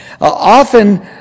Often